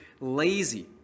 lazy